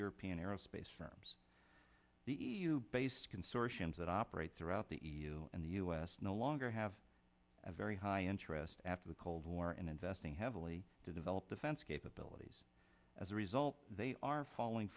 european aerospace firms the e u based consortiums that operate throughout the e u and the us no longer have a very high interest after the cold war and investing heavily to develop defense capabilities as a result they are falling